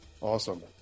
Awesome